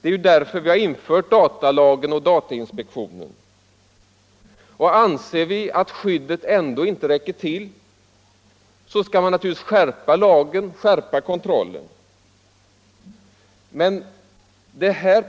Det är därför vi har infört datalagen och datainspektionen. Och anser vi att skyddet ändå inte räcker skall vi naturligtvis skärpa lagen och skärpa kontrollen. Men man löser inte